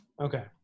Okay